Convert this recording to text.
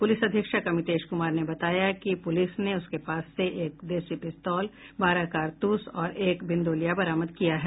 police अधीक्षक अमितेश कुमार ने बताया कि पुलिस ने उसके पास से एक देशी पिस्तौल बारह कारतूस और एक बिंदौलिया बरामद किया है